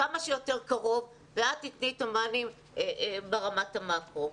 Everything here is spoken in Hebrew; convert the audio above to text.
כמה שיותר קרוב ואת תתני את המענים ברמת המקרו.